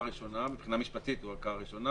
מבחינה משפטית הוא ערכאה ראשונה.